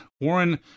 Warren